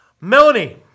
Melanie